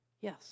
yes